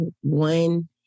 one